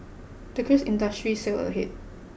the cruise industry sailed ahead